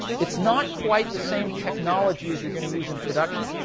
it's not quite the same technology as you're going to use in production.